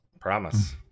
Promise